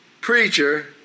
preacher